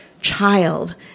child